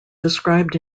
described